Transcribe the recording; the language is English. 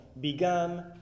began